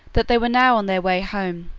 that they were now on their way home,